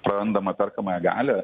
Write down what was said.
prarandamą perkamąją galią